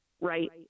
right